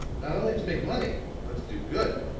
not only to make money, but to do good.